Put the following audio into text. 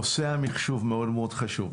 נושא המחשוב מאוד מאוד חשוב,